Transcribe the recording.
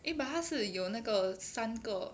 eh but 他是有那个三个